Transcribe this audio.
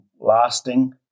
lasting